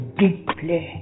deeply